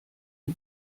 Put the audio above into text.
die